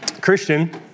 Christian